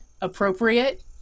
Appropriate